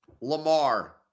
Lamar